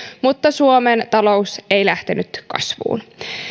mutta suomen talous ei lähtenyt kasvuun